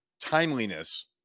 timeliness